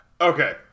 okay